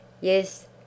Yes